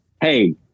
hey